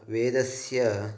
वेदस्य